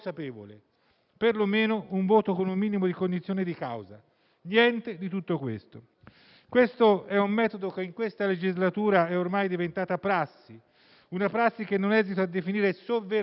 perlomeno un voto con un minimo di cognizione di causa. Niente di tutto questo. È un metodo che in questa legislatura è ormai diventato prassi: una prassi che non esito a definire il sovversiva,